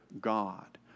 God